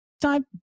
Time